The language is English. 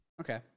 Okay